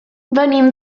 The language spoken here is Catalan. venim